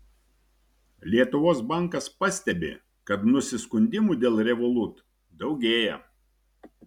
lietuvos bankas pastebi kad nusiskundimų dėl revolut daugėja